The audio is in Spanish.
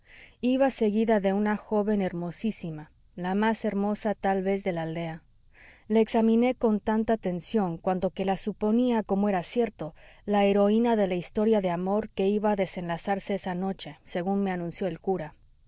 iba seguida de una joven hermosísima la más hermosa tal vez de la aldea la examiné con tanta atención cuanto que la suponía como era cierto la heroína de la historia de amor que iba a desenlazarse esa noche según me anunció el cura